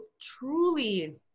truly